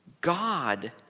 God